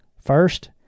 First